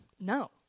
No